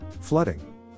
flooding